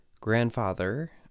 grandfather